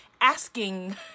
asking